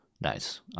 Nice